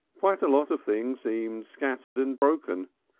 quite a lot of things seemed scattered and broken,